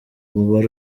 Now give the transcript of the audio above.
umubare